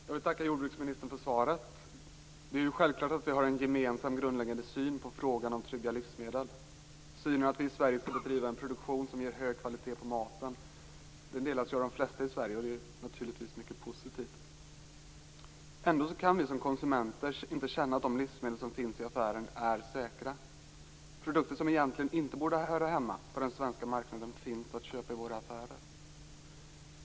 Herr talman! Jag vill tacka jordbruksministern för svaret. Det är självklart att vi har en gemensam grundläggande syn på frågan om trygga livsmedel. Synen att vi i Sverige skall driva en produktion som ger hög kvalitet på maten delas ju av de flesta i Sverige, och det är naturligtvis mycket positivt. Ändå kan vi som konsumenter inte känna att de livsmedel som finns i affären är säkra. Produkter som egentligen inte borde höra hemma på den svenska marknaden finns att köpa i våra butiker.